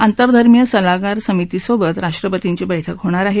आंतरधर्मीय सल्लागार समितीसोबतही राष्ट्रपतींची बैठक होणार आहे